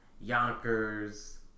Yonkers